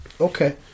Okay